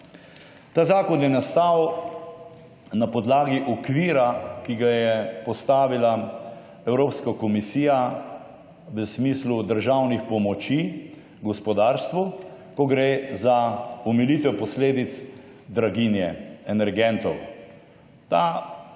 Ta zakon je nastal na podlagi okvira, ki ga je postavila Evropska komisija v smislu državnih pomoči gospodarstvu, ko gre za omilitev posledic draginje energentov.